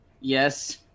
Yes